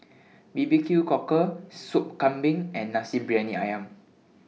B B Q Cockle Sop Kambing and Nasi Briyani Ayam